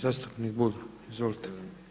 Zastupnik Bulj, izvolite.